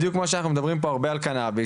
בדיוק כמו שאנחנו מדברים פה הרבה על קנביס.